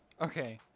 okay